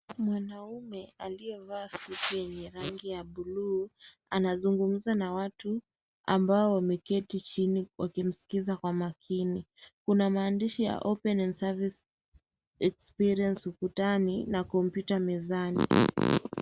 Mwanaume aliyevaa suti yenye rangi ya buluu. Anazungumza na watu ambao wameketi chini wakimsikiza kwa makini. Kuna maandishi ya open and service experience ukutani na kompyuta mezani.